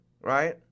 right